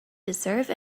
deserve